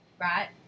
right